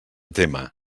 témer